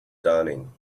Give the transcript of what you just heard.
dawning